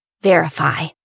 Verify